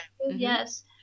Yes